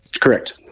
correct